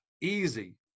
easy